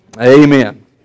amen